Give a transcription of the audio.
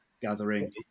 gathering